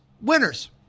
winners